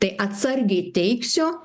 tai atsargiai teigsiu